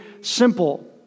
simple